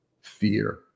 fear